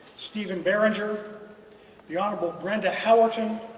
stephen barringer the honorable brenda howerton,